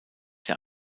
der